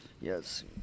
Yes